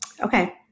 Okay